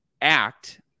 act –